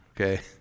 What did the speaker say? Okay